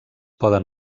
poden